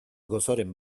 gozoren